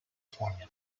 formula